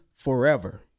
forever